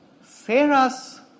Sarah's